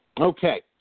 Okay